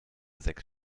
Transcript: sechs